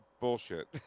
bullshit